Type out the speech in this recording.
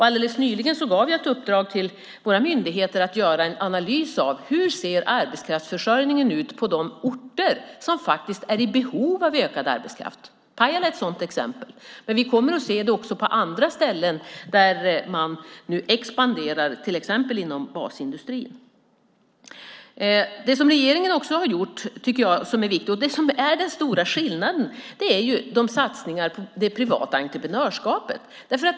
Alldeles nyligen gav jag våra myndigheter i uppdrag att göra en analys av hur det ser ut när det gäller arbetskraftsförsörjningen på de orter där man faktiskt är i behov av ökad arbetskraft. Pajala är ett sådant exempel. Men vi kommer att se detta också på andra ställen där man nu expanderar, till exempel inom basindustrin. En annan sak som regeringen har gjort och som jag tycker är viktig och som visar på den stora skillnaden är satsningarna när det gäller det privata entreprenörskapet.